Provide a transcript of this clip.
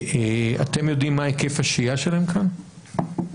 אתם יודעים מה היקף השהייה שלהם כאן הממוצע?